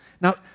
Now